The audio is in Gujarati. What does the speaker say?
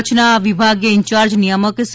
કચ્છના વિભાગીય ઈન્ચાર્જ નિયામક સી